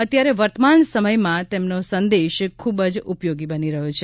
અત્યારે વર્તમાન સમયમાં તેમને સંદેશ ખૂબ જ ઉપયોગી બની ગયો છે